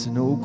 no